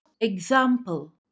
Example